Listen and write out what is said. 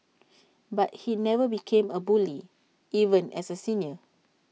but he never became A bully even as A senior